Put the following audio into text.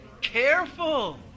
careful